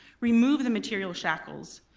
remove the material shackles.